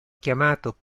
chiamato